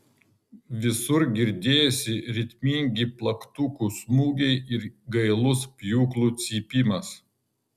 visur girdėjosi ritmingi plaktukų smūgiai ir gailus pjūklų cypimas